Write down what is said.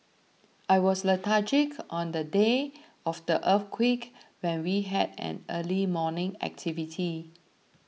I was lethargic on the day of the earthquake when we had an early morning activity